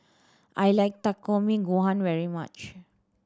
I like Takikomi Gohan very much